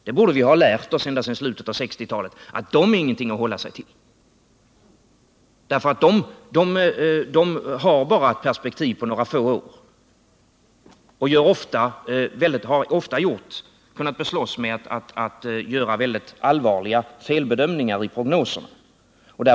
Vi borde ha lärt oss, ända sedan slutet av 1960-talet, att de inte är någonting att hålla sig till, eftersom de har perspektiv på bara några få år och varven dessutom ofta har kunnat beslås med att göra allvarliga felbedömningar i prognoserna.